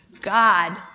God